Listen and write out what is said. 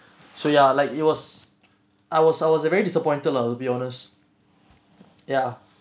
so ya like it was I was I was uh very disappointed lah to be honest ya